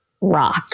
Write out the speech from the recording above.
rock